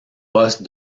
poste